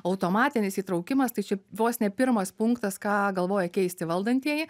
automatinis įtraukimas tai čia vos ne pirmas punktas ką galvoja keisti valdantieji